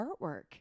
artwork